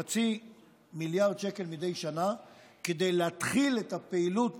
0.5 מיליארד שקל מדי שנה, כדי להתחיל את הפעילות